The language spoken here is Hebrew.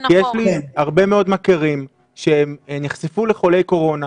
לי הרבה מאוד מכרים שנחשפו לחולה קורונה,